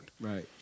Right